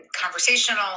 conversational